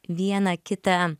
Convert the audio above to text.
vieną kitą